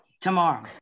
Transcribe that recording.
Tomorrow